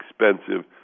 expensive